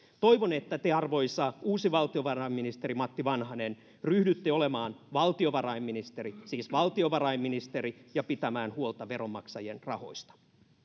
toivon että te arvoisa uusi valtiovarainministeri matti vanhanen ryhdytte olemaan valtiovarainministeri siis valtiovarainministeri ja pitämään huolta veronmaksajien rahoista